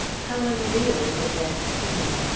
how unreal it will then seem!